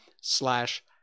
slash